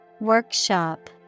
workshop